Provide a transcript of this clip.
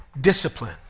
Discipline